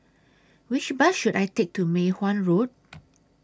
Which Bus should I Take to Mei Hwan Road